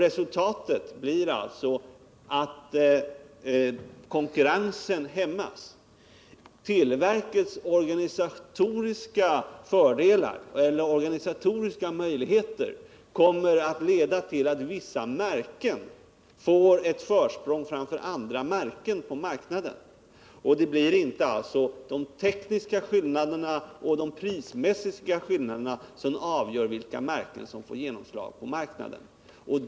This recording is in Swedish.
Resultatet blir alltså att konkurrensen hämmas. Televerkets organisatoriska möjligheter kommer att leda till att vissa märken får ett försprång framför andra märken på marknaden. Det blir alltså inte de tekniska och prismässiga skillnaderna som avgör vilka märken som får genomslagskraft på marknaden.